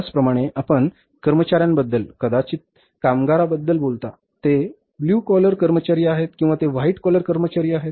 त्याचप्रमाणे आपण कर्मचार्यांबद्दल कदाचित कामगारांबद्दल बोलता ते blue collor कर्मचारी आहेत किंवा ते व्हाइट कॉलर कर्मचारी आहेत